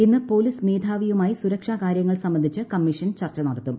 ഇന്ന് പൊലീസ് മേധാവിയുമായി സുരക്ഷാകാരൃങ്ങൾ സംബന്ധിച്ച് കമീഷൻ ചർച്ച നടത്തും